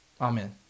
Amen